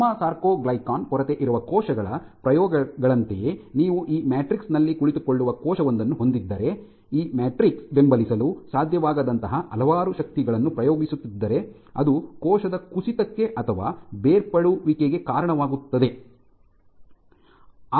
gamma sarcoglycan ಕೊರತೆಯಿರುವ ಕೋಶಗಳ ಪ್ರಯೋಗಗಳಂತೆಯೇ ನೀವು ಈ ಮ್ಯಾಟ್ರಿಕ್ಸ್ ನಲ್ಲಿ ಕುಳಿತುಕೊಳ್ಳುವ ಕೋಶವೊಂದನ್ನು ಹೊಂದಿದ್ದರೆ ಈ ಮ್ಯಾಟ್ರಿಕ್ಸ್ ಬೆಂಬಲಿಸಲು ಸಾಧ್ಯವಾಗದಂತಹ ಹಲವಾರು ಶಕ್ತಿಗಳನ್ನು ಪ್ರಯೋಗಿಸುತ್ತಿದ್ದರೆ ಅದು ಕೋಶದ ಕುಸಿತಕ್ಕೆ ಅಥವಾ ಬೇರ್ಪಡುವಿಕೆಗೆ ಕಾರಣವಾಗುತ್ತದೆ ಕೋಶ